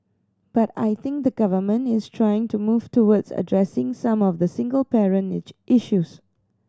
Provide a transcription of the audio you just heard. but I think the Government is trying to move towards addressing some of the single parent issues